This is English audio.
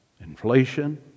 inflation